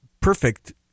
perfect